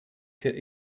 could